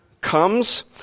comes